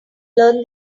learn